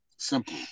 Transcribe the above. Simple